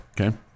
okay